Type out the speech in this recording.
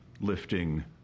lifting